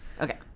Okay